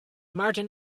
martin